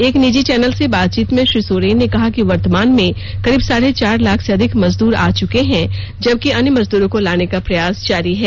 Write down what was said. एक निजी चैनल से बातचीत में श्री सोरेन ने कहा कि वर्तमान में करीब साढ़े चार लाख से अधिक मजदूर आ चुके हैं जबकि अन्य मजदूरों को लाने का प्रयास जारी है